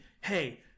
Hey